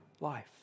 life